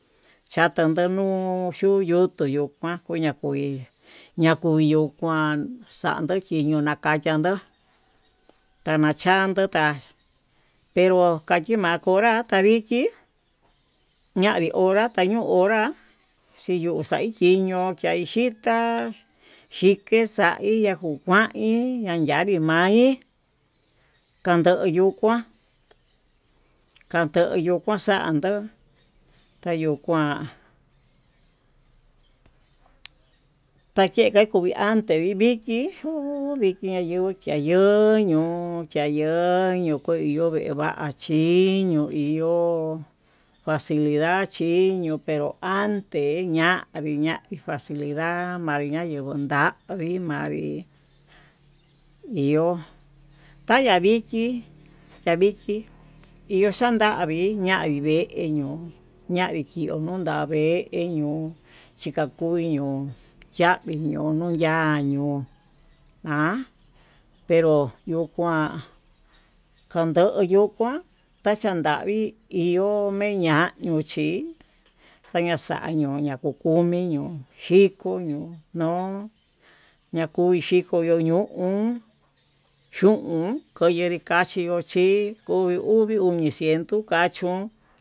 Chatando nuu yuchiotu yuu kuan kuña kui, nakuiyukuan xando kiyuna kayandó tanachando ka'a pero kachina konra tanriki ña'a kuu hora tayuu hora chiñuu xaí kiño xaí xhitá, xhike xaí nakuu kuain nayanri ma'í kando yuu kuan kandoyo kua xandó tayukuan takeka kuyen ande viki ko'o viki nayenguó tayo'ó, ñuu chayo'ó kue ño'o veva'a chiño'o, yo facilidad chiñió ante ñanri ñanri facilida manri nayeguo ndañi ñavii iho taya'a viki, yavichí iho xandavi ñavii vee ñoo ñavii nudaveño chikakui ño'o yavii ñuu ño'o yañio an pero yuu kuan kando yuu kuan, tachandavii iho, meña'a yio chí taña'a xa'a ñuu ñakukomi ño'o xhiko ño'o ñoo ñakui xhiko ño'o xhun xoyenre kaxhi yo'o xii kuu luvi uniciento axhu'un.